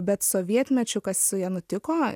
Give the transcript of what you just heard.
bet sovietmečiu kas su ja nutiko